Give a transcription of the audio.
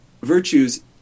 virtues